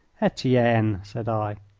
etienne, said i.